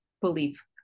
belief